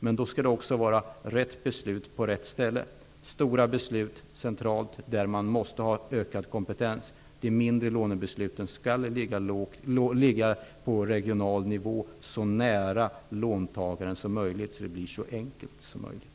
Men då skall det också vara rätt beslut på rätt ställe. Stora beslut skall fattas centralt, där man måste ha en ökad kompetens. De mindre lånebesluten skall ligga på regional nivå så nära låntagaren som möjligt, så att det blir så enkelt som möjligt.